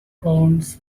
clowns